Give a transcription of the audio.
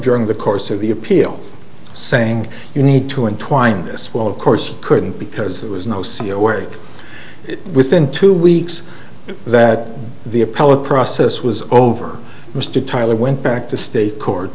during the course of the appeal saying you need to and twined this well of course couldn't because there was no see a way within two weeks that the appellate process was over mr tyler went back to state court